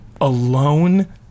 alone